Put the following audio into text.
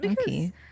Okay